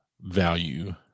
value